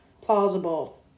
Plausible